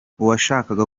uwashaka